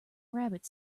rabbit